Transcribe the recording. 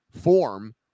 form